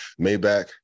Maybach